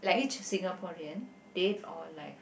which Singaporean dead or alive